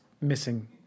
missing